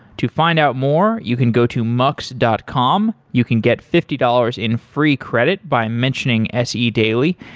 to find out more, you can go to mux dot com. you can get fifty dollars in free credit by mentioning se daily,